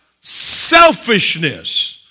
Selfishness